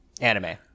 anime